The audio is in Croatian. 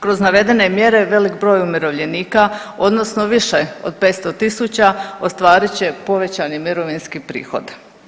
Kroz navedene mjere velik broj umirovljenika odnosno više od 500.000 ostvarit će povećani mirovinski prihod.